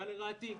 היה לרעתי.